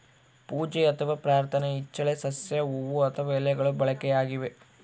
ಪೂಜೆ ಅಥವಾ ಪ್ರಾರ್ಥನೆ ಇಚ್ಚೆಲೆ ಸಸ್ಯ ಹೂವು ಅಥವಾ ಎಲೆಗಳು ಬಳಕೆಯಾಗಿವೆ